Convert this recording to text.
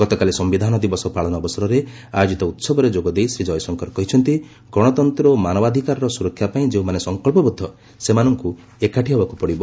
ଗତକାଲି ସମ୍ଭିଧାନ ଦିବସ ପାଳନ ଅବସରରେ ଆୟୋଜିତ ଉହବରେ ଯୋଗଦେଇ ଶ୍ରୀ ଜୟଶଙ୍କର କହିଛନ୍ତି ଗଣତନ୍ତ୍ର ଓ ମାନବାଧିକାରର ସ୍ରରକ୍ଷାପାଇଁ ଯେଉଁମାନେ ସଙ୍କଚ୍ଚବଦ୍ଧ ସେମାନଙ୍କ ଏକାଠି ହେବାକ୍ର ପଡ଼ିବ